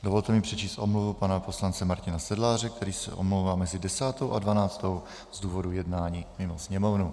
Dovolte mi přečíst omluvu pana poslance Martina Sedláře, který se omlouvá mezi 10. a 12. z důvodu jednání mimo Sněmovnu.